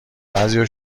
بعضیا